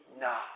No